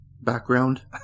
background